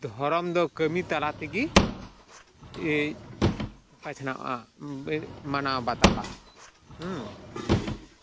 ᱫᱷᱚᱨᱚᱢ ᱫᱚ ᱠᱟᱹᱢᱤ ᱛᱟᱞᱟ ᱛᱮᱜᱮ ᱵᱟᱪᱷᱱᱟᱜᱼᱟ ᱮᱫ ᱢᱟᱱᱟᱣ ᱵᱟᱛᱟᱜᱼᱟ